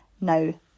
now